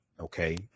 Okay